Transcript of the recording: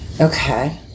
Okay